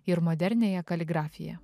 ir moderniąją kaligrafiją